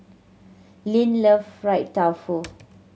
Len love fried tofu